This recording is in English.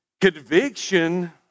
conviction